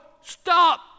stop